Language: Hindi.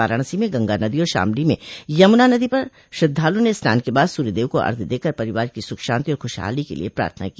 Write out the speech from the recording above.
वाराणसी में गंगा नदी और शामली में यमुना नदी पर श्रद्वालुओं ने स्नान के बाद सूर्यदेव को अर्घ्य देकर परिवार की सुख शांति और खुशहाली के लिए प्रार्थना की